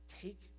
Take